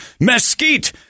mesquite